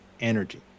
energy